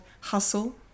Hustle